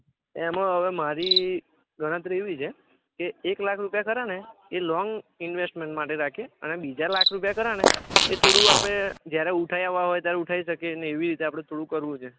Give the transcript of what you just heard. એમાં હવે મારી ગણતરી એવી છે કે એક લાખ રૂપિયા ખરા ને એ લોંગ ઇન્વેસ્ટમેન્ટ માટે રાખીએ અને બીજા લાખ રૂપિયા ખરા ને એ થોડું આપણે જ્યારે ઊઠાવવા હોય ત્યારે ઉઠાવી શકીએ ને એવી રીતે આપણે થોડું કરવું છે